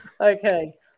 Okay